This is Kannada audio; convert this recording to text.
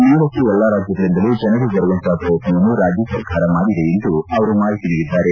ಮೇಳಕ್ಕೆ ಎಲ್ಲ ರಾಜ್ಯಗಳಿಂದಲೂ ಜನರು ಬರುವಂತಹ ಪ್ರಯತ್ನವನ್ನು ರಾಜ್ಯ ಸರ್ಕಾರ ಮಾಡಿದೆ ಎಂದು ಅವರು ಮಾಹಿತಿ ನೀಡಿದ್ದಾರೆ